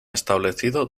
establecido